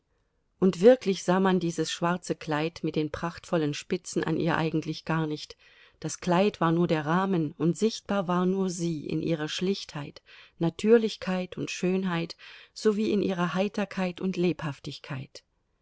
und wirklich sah man dieses schwarze kleid mit den prachtvollen spitzen an ihr eigentlich gar nicht das kleid war nur der rahmen und sichtbar war nur sie in ihrer schlichtheit natürlichkeit und schönheit sowie in ihrer heiterkeit und lebhaftigkeit